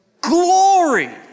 glory